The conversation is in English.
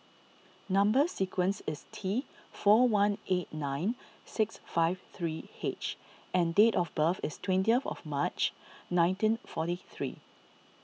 Number Sequence is T four one eight nine six five three H and date of birth is twentieth of March nineteen forty three